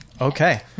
Okay